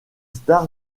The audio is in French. stars